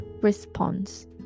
response